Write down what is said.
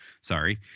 Sorry